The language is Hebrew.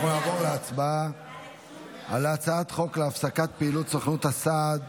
אנחנו נעבור להצבעה על הצעת חוק להפסקת פעילות סוכנות הסעד